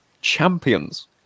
champions